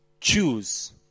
choose